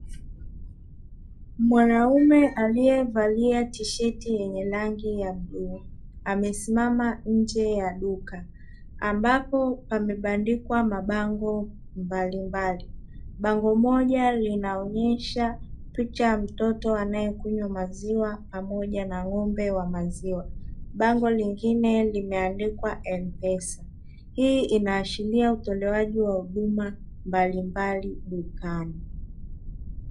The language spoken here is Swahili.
Mwanaume aliyevalia tisherti yenye rangi rangi ya bluu amesimama nje ya duka ambapo pamebandikwa mabango mbalimbali, bango moja linaonyesha picha ya mtoto anayekunywa maziwa pamoja na ng'ombe wa maziwa. Bango lingine limeandikwa "M PESA". Hii inaashiria utolewaji wa huduma mbalimbali dukani.